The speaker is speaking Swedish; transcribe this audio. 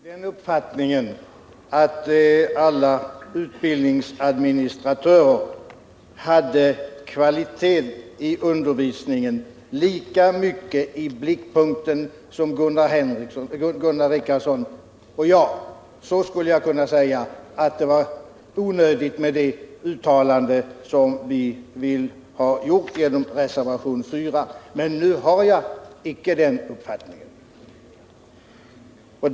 Herr talman! Om jag hade den uppfattningen att alla utbildningsadministratörer hade kvalitet i undervisningen lika mycket i blickpunkten som Gunnar Richardson och jag, skulle jag kunna säga att det vore onödigt med det uttalande vi vill ha gjort genom reservationen 4. Men nu har jag icke den uppfattningen.